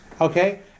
Okay